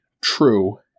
true